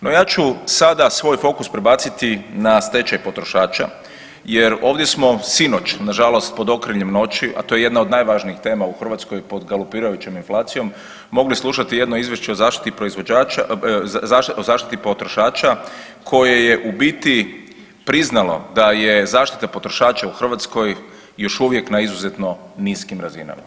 No ja ću sada svoj fokus prebaciti na stečaj potrošača, jer ovdje smo sinoć na žalost pod okriljem noći, a to je jedna od najvažnijih tema u Hrvatskoj pod galopirajućom inflacijom mogli slušati jedno izvješće o zaštiti potrošača koje je u biti priznalo da je zaštita potrošača u Hrvatskoj još uvijek na izuzetno niskim razinama.